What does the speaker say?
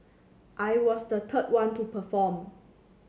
I was the third one to perform